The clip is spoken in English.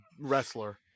wrestler